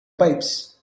pipes